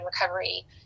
recovery